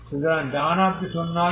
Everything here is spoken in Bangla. সুতরাং ডান হাতটি শূন্য হবে